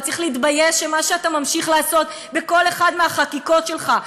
אתה צריך להתבייש במה שאתה ממשיך לעשות בכל אחת מהחקיקות שלך,